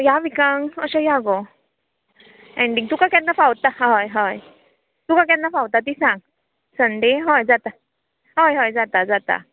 ह्या विकान अशें या गो एनडींग तुका केन्ना फावता हय हय तुका केन्ना फावता ती सांग सण्डे हय जाता हय हय जाता जाता